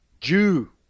Jew